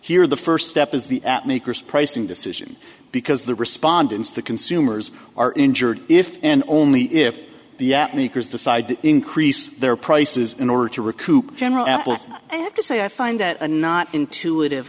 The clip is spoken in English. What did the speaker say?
here the first step is the maker's pricing decision because the respondents the consumers are injured if and only if the yet makers decide to increase their prices in order to recoup gen and i have to say i find that a not intuitive